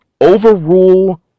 overrule